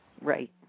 Right